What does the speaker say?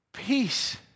peace